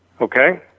Okay